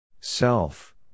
Self